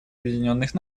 объединенных